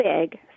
big